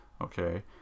okay